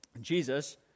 Jesus